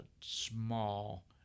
small